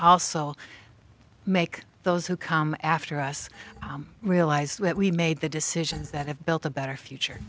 also make those who come after us realize that we made the decisions that have built a better